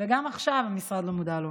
וגם עכשיו המשרד לא מודע לו.